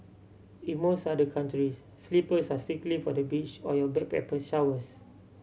in most other countries slippers are strictly for the beach or your backpacker showers